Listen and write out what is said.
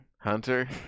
Hunter